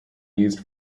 used